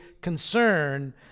concern